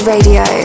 Radio